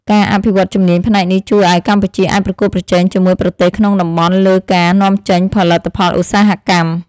ការអភិវឌ្ឍជំនាញផ្នែកនេះជួយឱ្យកម្ពុជាអាចប្រកួតប្រជែងជាមួយប្រទេសក្នុងតំបន់លើការនាំចេញផលិតផលឧស្សាហកម្ម។